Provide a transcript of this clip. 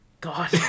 God